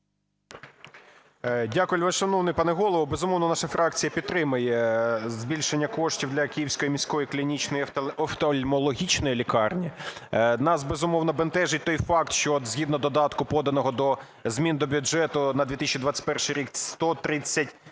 Дякую, вельмишановний пане Голово. Безумовно, наша фракція підтримає збільшення коштів для Київської міської клінічної офтальмологічної лікарні. Нас, безумовно, бентежить той факт, що, згідно додатку, поданого до змін до бюджету на 2021 рік, 138